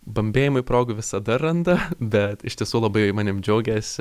bambėjimui progų visada randa bet iš tiesų labai manim džiaugiasi